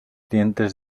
dientes